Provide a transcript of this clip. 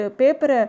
paper